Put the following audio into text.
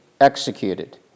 executed